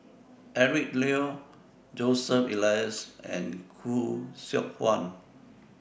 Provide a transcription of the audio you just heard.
Eric Neo Joseph Elias and Khoo Seok Wan